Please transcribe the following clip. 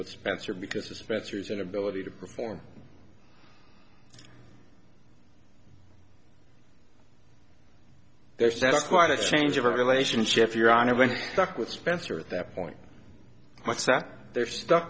with spencer because of spencer's inability to perform